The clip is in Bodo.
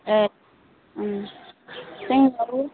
ए जोंनाबो